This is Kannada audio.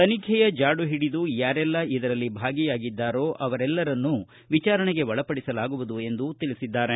ತನಿಖೆಯ ಜಾಡು ಹಿಡಿದು ಯಾರೆಲ್ಲಾ ಇದರಲ್ಲಿ ಭಾಗಿಯಾಗಿದ್ದಾರೋ ಅವರೆಲ್ಲರನ್ನೂ ವಿಚಾರಣೆಗೆ ಒಳಪಡಿಸಲಾಗುವುದು ಎಂದು ತಿಳಿಸಿದ್ದಾರೆ